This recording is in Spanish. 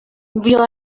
vio